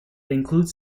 includes